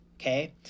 okay